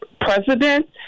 president